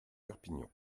perpignan